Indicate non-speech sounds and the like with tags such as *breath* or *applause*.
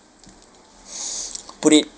*breath* put it